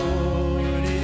Lord